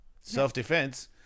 Self-defense